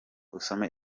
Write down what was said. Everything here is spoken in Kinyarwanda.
usome